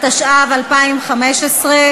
התשע"ו 2015,